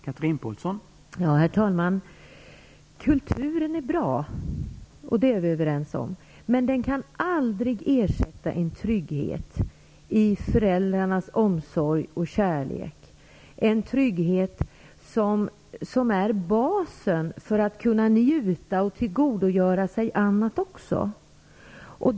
Herr talman! Att kulturen är bra är vi överens om, men den kan aldrig ersätta en trygghet i föräldrarnas omsorg och kärlek, en trygghet som är basen för att kunna tillgodogöra sig också annat.